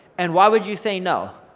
and why would you say no?